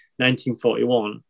1941